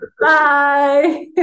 Bye